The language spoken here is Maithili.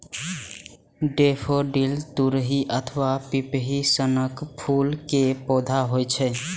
डेफोडिल तुरही अथवा पिपही सनक फूल के पौधा होइ छै